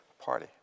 party